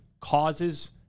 causes